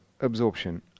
absorption